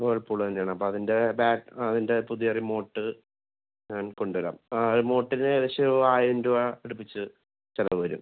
വേൾപൂളന്നെയാണ് അപ്പം അതിന്റെ ബാറ്റ് അതിന്റെ പുതിയ റിമോട്ട് ഞാൻ കൊണ്ട് വരാം റിമോട്ടിനേകദേശം ഒരായിരം രൂപ അടുപ്പിച്ച് ചിലവ് വരും